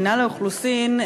מינהל האוכלוסין,